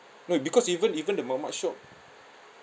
no because even even the mamak shop